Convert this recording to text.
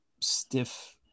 stiff